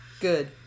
Good